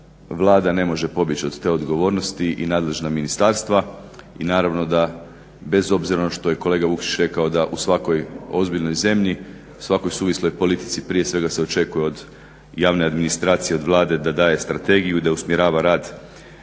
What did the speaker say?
Vlada ne može pobjeći od te odgovornosti i nadležna ministarstva i naravno da bez obzira na ono što je kolega Vukšić rekao, da u svakoj ozbiljnoj zemlji, u svakoj suvisloj politici prije svega se očekuje od javne administracije, od Vlade da daje strategiju i da usmjerava rad,